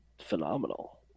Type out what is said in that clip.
phenomenal